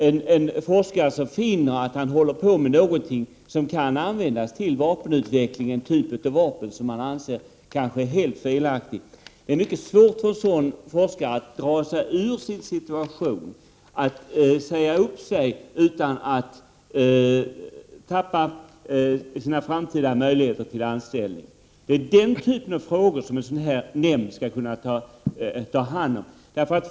För en forskare som finner att han håller på med någonting som kan användas till utveckling av vapen som han anser är helt felaktiga är det mycket svårt att dra sig ur sin situation, att säga upp sig utan att tappa sina framtida möjligheter till anställning. Det är den typen av frågor som en sådan här nämnd skulle kunna ta hand om.